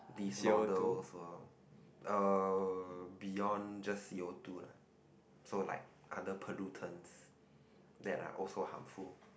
C_O-two